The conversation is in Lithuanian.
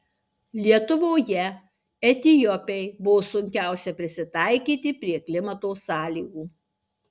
lietuvoje etiopei buvo sunkiausia prisitaikyti prie klimato sąlygų